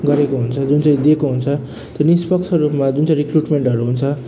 गरेको हुन्छ जुन चाहिँ दिएको हुन्छ त्यो निष्पक्ष रूपमा जुन चाहिँ रिक्रुटमेन्टहरू हुन्छ